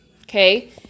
okay